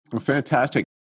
Fantastic